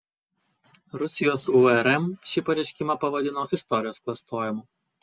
rusijos urm šį pareiškimą pavadino istorijos klastojimu